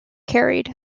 carried